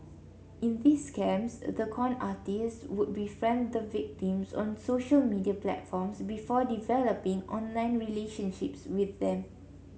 in these scams the con artists would befriend the victims on social media platforms before developing online relationships with them